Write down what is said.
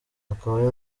akaba